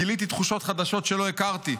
גיליתי תחושות חדשות שלא הכרתי,